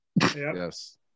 Yes